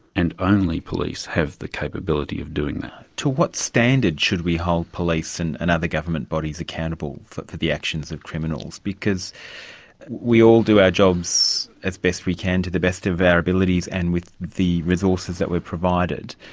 and only police have the capability of doing that. to what standard should we hold police and and other government bodies accountable for the actions of criminals? because we all do our jobs as best we can to the best of our abilities and with the resources that we are provided.